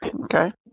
Okay